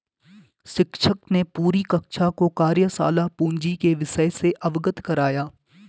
शिक्षक ने पूरी कक्षा को कार्यशाला पूंजी के विषय से अवगत कराया